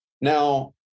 Now